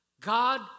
God